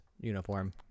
uniform